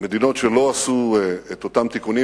מדינות שלא עשו את אותם תיקונים,